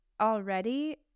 Already